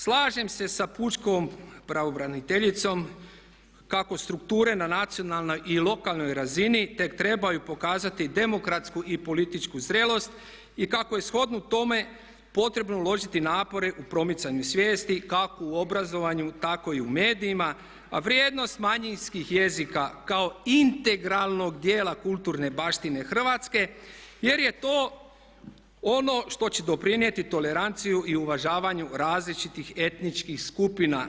Slažem se sa pučkom pravobraniteljicom kako strukture na nacionalnoj i lokalnoj razini tek trebaju pokazati demokratsku i političku zrelost i kako je shodno tome potrebno uložiti napore u promicanju svijesti kako u obrazovanju tako i u medijima a vrijednost manjinskih jezika kao integralnog dijela kulturne baštine Hrvatske jer je to ono što će doprinijeti toleranciji i uvažavanju različitih etničkih skupina.